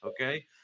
okay